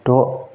द'